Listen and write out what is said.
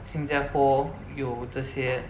新加坡有这些